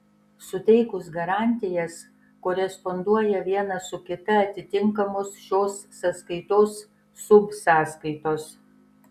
suteikus garantijas koresponduoja viena su kita atitinkamos šios sąskaitos subsąskaitos